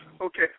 Okay